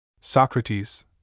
Socrates